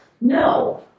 No